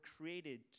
created